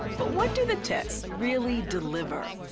but what do the tests really deliver?